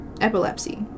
epilepsy